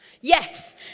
Yes